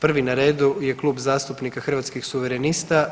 Prvi na redu je Klub zastupnika Hrvatskih suverenista.